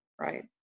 Right